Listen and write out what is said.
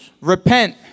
Repent